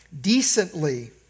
decently